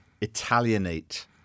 Italianate